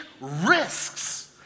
risks